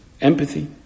empathy